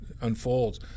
unfolds